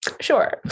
Sure